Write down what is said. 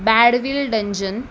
badwill dungeon